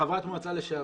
חברת מועצה לשעבר.